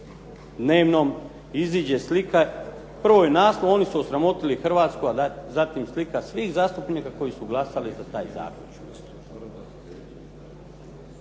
dnevnom iziđe slika prvo je naslov “Oni su osramotili Hrvatsku“ a zatim slika svih zastupnika koji su glasali za taj zakon.